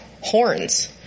horns